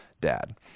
dad